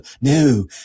No